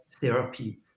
therapy